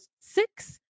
six